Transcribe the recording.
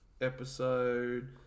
episode